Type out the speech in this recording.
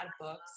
books